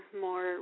more